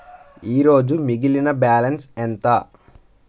ఈరోజు మిగిలిన బ్యాలెన్స్ ఎంత?